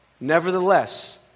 Nevertheless